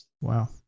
Wow